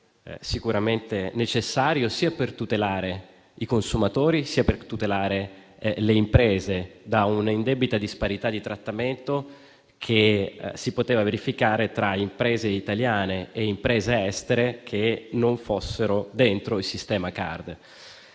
sicuramente necessaria, per tutelare sia i consumatori, sia le imprese da un'indebita disparità di trattamento che si poteva verificare tra imprese italiane ed estere che non fossero dentro il sistema CARD.